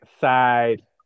side